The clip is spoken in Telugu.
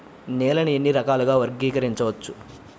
నేలని ఎన్ని రకాలుగా వర్గీకరించవచ్చు?